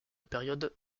période